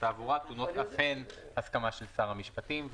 התעבורה טעונות אף הן הסכמה של שר המשפטים,